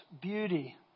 beauty